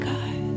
God